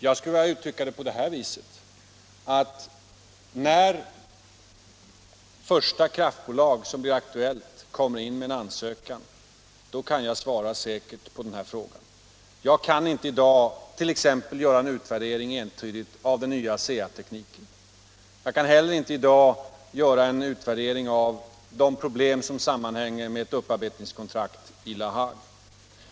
Jag skulle vilja uttrycka mig på det viset att när det första kraftbolaget kommer in med en ansökan, då kan jag svara säkert på frågan. Jag kan inte i dag t.ex. göra en utvärdering entydigt av den nya ASEA tekniken. Jag kan heller inte i dag göra en utvärdering av de problem som sammanhänger med ett upparbetningskontrakt i La Hague.